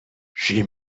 she